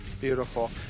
beautiful